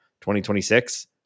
2026